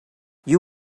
you